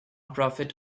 profit